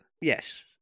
yes